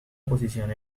posición